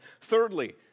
Thirdly